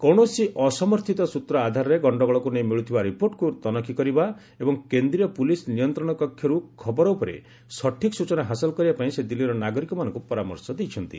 କୌଣସି ଅସମର୍ଥିତ ସୂତ୍ର ଆଧାରରେ ଗଣ୍ଡଗୋଳକୁ ନେଇ ମିଳୁଥିବା ରିପୋର୍ଟକୁ ତନଖି କରିବା ଏବଂ କେନ୍ଦ୍ରୀୟ ପୁଲିସ୍ ନିୟନ୍ତ୍ରଣ କକ୍ଷରୁ ଖବର ଉପରେ ସଠିକ୍ ସୂଚନା ହାସଲ କରିବା ପାଇଁ ସେ ଦିଲ୍ଲୀର ନାଗରିକମାନଙ୍କୁ ପରାମର୍ଶ ଦେଇଛନ୍ତି